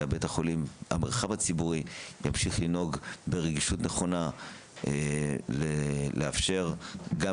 שהמרחב הציבורי בבית החולים ימשיך לנהוג ברגישות נכונה לאפשר את